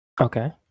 Okay